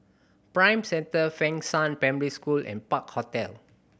Prime Centre Fengshan Primary School and Park Hotel